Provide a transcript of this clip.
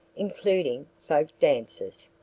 including folk dances.